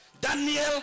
Daniel